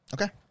Okay